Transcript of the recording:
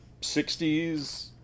60s